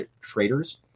traders